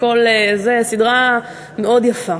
סדרה מאוד יפה.